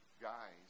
guys